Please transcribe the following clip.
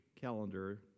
calendar